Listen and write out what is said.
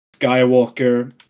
Skywalker